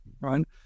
right